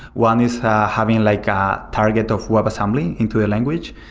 one is having like ah a target of webassembly into a language.